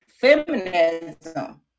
feminism